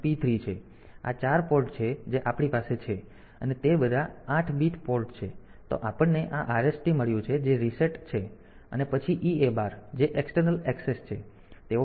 તો આ 4 પોર્ટ છે જે આપણી પાસે છે અને તે બધા 8 બીટ પોર્ટ છે તો આપણને આ RST મળ્યું છે જે રીસેટ છે અને પછી EA બાર એ એક્સટર્નલ એક્સેસ છે